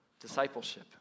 discipleship